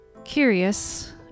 Curious